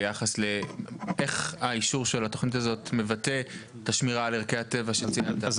ביחס לאיך האישור של התכנית הזו מבטא את השמירה ערכי הטבע שרוצים --- אז